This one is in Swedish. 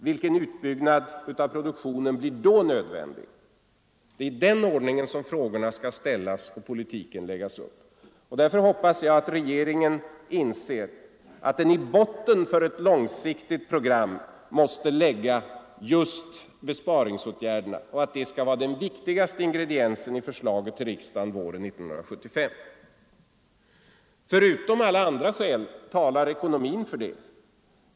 Vilken utbyggnad av produktionen blir då nödvändig? Det är i den ordningen som frågorna skall ställas och politiken läggas upp. Därför hoppas jag att regeringen inser att den i botten för ett långsiktigt program måste lägga just besparingsåtgärderna och att det skall vara den viktigaste ingrediensen i laget till riksdagen våren 1975. Förutom alla andra skäl talar ekonomin för det.